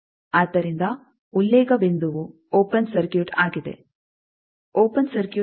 ಆದ್ದರಿಂದ ಉಲ್ಲೇಖ ಬಿಂದುವು ಓಪೆನ್ ಸರ್ಕ್ಯೂಟ್ ಆಗಿದೆ ಓಪೆನ್ ಸರ್ಕ್ಯೂಟ್ ಎಂದರೆ